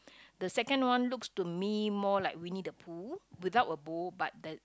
the second one looks to me more like Winnie-the-Pooh without a bow but that